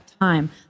time